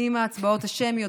עם ההצבעות השמיות,